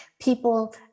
people